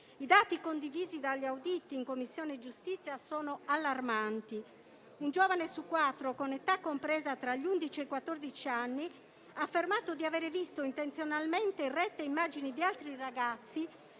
I dati condivisi dagli auditi in Commissione giustizia sono allarmanti. Un giovane su quattro con età compresa tra gli undici e i quattordici anni ha affermato di avere visto intenzionalmente in rete immagini di altri ragazzi